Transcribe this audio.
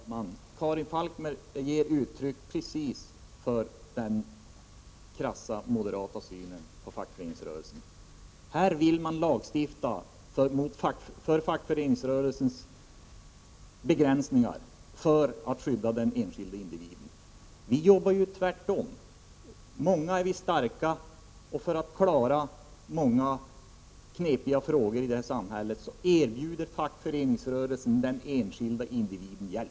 Herr talman! Karin Falkmer ger uttryck just för den krassa moderata synen på fackföreningsrörelsen. Här vill man lagstifta för fackföreningsrörelsens begränsning för att skydda den enskilde individen. Vi socialdemokrater arbetar tvärtom. Om vi är många är vi starka, och för att lösa många knepiga frågor i det här samhället erbjuder fackföreningsrörelsen den enskilde individen hjälp.